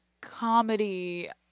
comedy